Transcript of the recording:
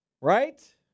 right